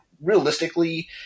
realistically